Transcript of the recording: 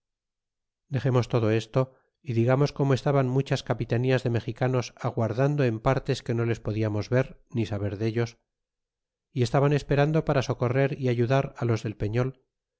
dexemos todo esto y digamos como estaban muchas capitanías de mexicanos aguardando en partes que no les podiamos ver ni saber dellos y estaban esperando para socorrer y ayudar á los del pefíol